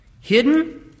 hidden